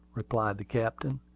replied the captain,